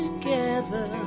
together